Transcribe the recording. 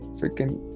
freaking